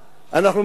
אנחנו מגיעים,